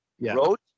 wrote